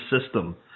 system